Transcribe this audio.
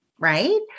Right